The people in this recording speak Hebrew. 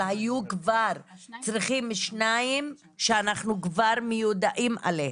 אבל היו צריכים כבר שניים שאנחנו כבר מיודעים עליהם.